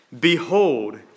Behold